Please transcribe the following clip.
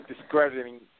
discrediting